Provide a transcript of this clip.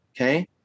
Okay